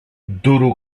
duro